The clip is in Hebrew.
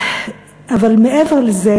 אבל מעבר לזה,